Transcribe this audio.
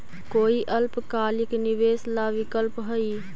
कोई अल्पकालिक निवेश ला विकल्प हई?